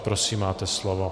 Prosím, máte slovo.